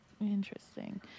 Interesting